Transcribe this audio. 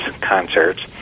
concerts